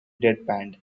deadpanned